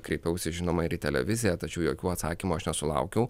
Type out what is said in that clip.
kreipiausi žinoma ir į televiziją tačiau jokių atsakymų aš nesulaukiau